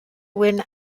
win